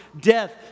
death